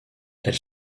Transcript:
elle